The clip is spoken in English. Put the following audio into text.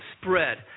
spread